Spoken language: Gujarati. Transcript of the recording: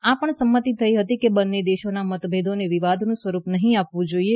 આ પણ સંમતી થઇ હતી કે બંને દેશોના મતભેદોને વિવાદનું સ્વરૂપ નહીં આપવું જોઇએ